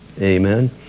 Amen